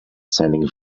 sending